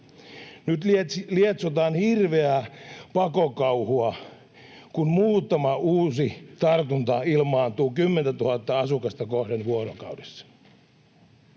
Nyt lietsotaan hirveää pakokauhua, kun muutama uusi tartunta ilmaantuu 10 000:ta asukasta kohden vuorokaudessa.